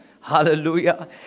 Hallelujah